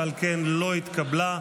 ועל כן לא התקבלה.